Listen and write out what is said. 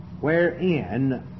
wherein